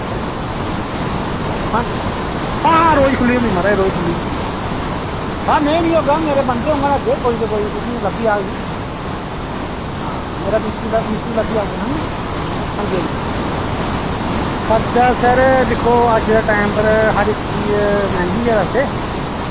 हां हां रोज खुल्ली दी होंदी महाराज रोज़ खुल्ली दी हां में निं होगा ते मेरे बंदे होङन अग्गें कोई ते कोई तुसेंगी लब्भी जाह्ग जी हां मेरा मिस्तरी लब्भी जाह्ग तुसेंगी हां जी हां जी खर्चा सर दिक्खो अज्ज दे टैम उप्पर हर इक चीज़ मैंह्गी ऐ वैसे